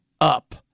up